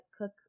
cook